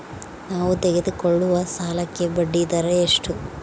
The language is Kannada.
ನಾವು ತೆಗೆದುಕೊಳ್ಳುವ ಸಾಲಕ್ಕೆ ಬಡ್ಡಿದರ ಎಷ್ಟು?